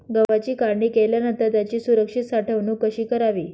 गव्हाची काढणी केल्यानंतर त्याची सुरक्षित साठवणूक कशी करावी?